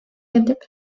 edip